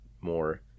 more